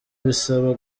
bisaba